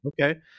Okay